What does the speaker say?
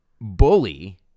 Bully